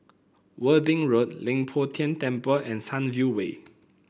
Worthing Road Leng Poh Tian Temple and Sunview Way